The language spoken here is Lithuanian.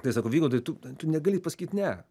tai sako vygaudai tu tu negali pasakyt ne